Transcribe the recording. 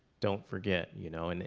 don't forget. you know? and